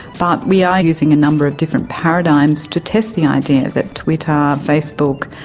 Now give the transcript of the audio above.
but we are using a number of different paradigms to test the idea that twitter, facebook,